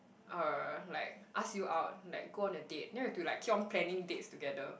uh like ask you out like go on a date then we have to like keep on planning dates together